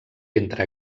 entre